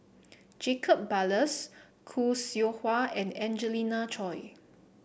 Jacob Ballas Khoo Seow Hwa and Angelina Choy